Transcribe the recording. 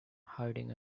harding